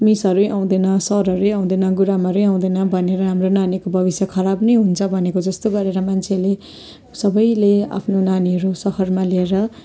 मिसहरू यही आउँदैन सरहरू यहीँ आउँदैन गुरुआमाहरू यहीँ आउँदैन भनेर हाम्रो नानीको भविष्य खराब नै हुन्छ भनेको जस्तो गरेर मान्छेले सबैले आफ्नो नानीहरू सहरमा ल्याएर